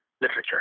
literature